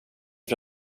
för